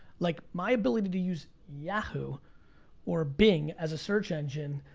like my ability to use yahoo or bing as a search engine,